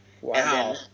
Wow